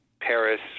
Paris